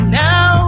now